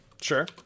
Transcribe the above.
Sure